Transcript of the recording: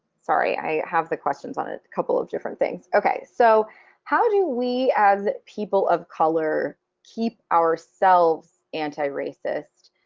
sorry, i have the questions on it a couple of different things. okay, so how do we as people of color keep ourselves anti-racist,